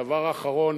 הדבר האחרון,